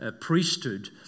priesthood